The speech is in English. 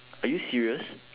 are you serious